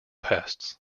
pests